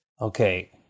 Okay